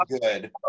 good